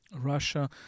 Russia